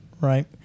right